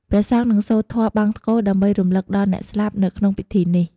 ព្រះសង្ឃនឹង សូត្រធម៌បង្សុកូល ដើម្បីរំលឹកដល់អ្នកស្លាប់នៅក្នុងពិធីនេះ។